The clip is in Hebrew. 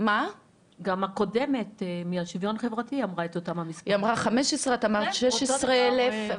הדוברת הקודמת דיברה על חמישה עשר אלף.